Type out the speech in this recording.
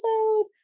episode